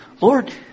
Lord